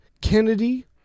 Kennedy